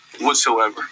whatsoever